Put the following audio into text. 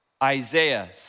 Isaiah